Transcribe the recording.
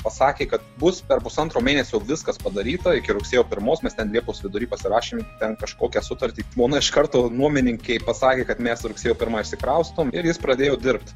pasakė kad bus per pusantro mėnesio viskas padaryta iki rugsėjo pirmos mes ten liepos vidury pasirašėm ten kažkokią sutartį žmona iš karto nuomininkei pasakė kad mes rugsėjo pirmą išsikraustom ir jis pradėjo dirbt